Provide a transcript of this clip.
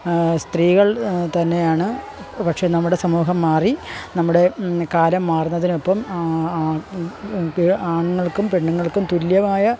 സ്ത്രീകൾ തന്നെയാണ് ഇപ്പോൾ പക്ഷെ നമ്മുടെ സമൂഹം മാറി നമ്മുടെ കാലം മാറുന്നതിനൊപ്പം ആണുങ്ങൾക്കും പെണ്ണുങ്ങൾക്കും തുല്യമായ